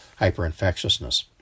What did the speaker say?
hyperinfectiousness